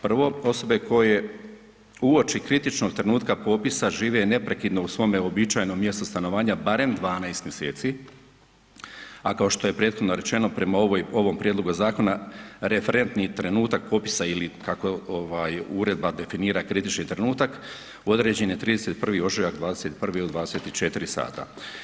Prvo, osobe koje uoči kritičnog trenutka popisa žive neprekidno u svome uobičajenom mjestu stanovanja barem 12 mjeseci, a kao što je prethodno rečeno, prema ovom prijedlogu zakona, referentni trenutak popisa ili, kako uredba definira, kritični trenutak, određen je 31. ožujak 21. do 24 sata.